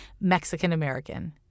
Mexican-American